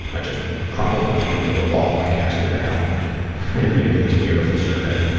i just crumpled it up into a ball and cast her to hell, right at the end of this beautiful survey.